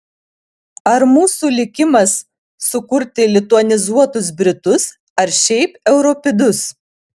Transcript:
ar mūsų likimas sukurti lituanizuotus britus ar šiaip europidus